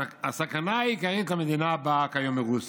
"הסכנה העיקרית למדינה באה כיום מרוסיה,